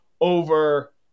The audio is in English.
over